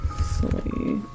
Sleep